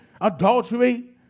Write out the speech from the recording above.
adultery